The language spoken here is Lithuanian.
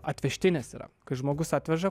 atvežtinės yra kai žmogus atveža